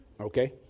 Okay